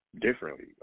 differently